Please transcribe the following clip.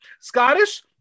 Scottish